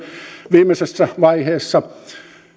viimeisessä vaiheessa